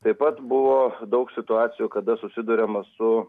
taip pat buvo daug situacijų kada susiduriama su